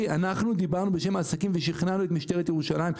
אנחנו דיברנו בשם העסקים ושכנענו את משטרת ירושלים,